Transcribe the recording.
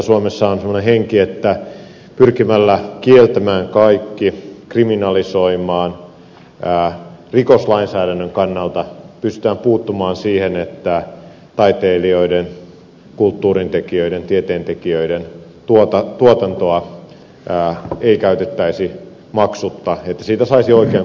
suomessa on semmoinen henki että pyrkimällä kieltämään kaikki kriminalisoimaan rikoslainsäädännön kannalta pystytään puuttumaan siihen että taiteilijoiden kulttuurintekijöiden tieteentekijöiden tuotantoa ei käytettäisi maksutta vaan että siitä saisi oikean korvauksen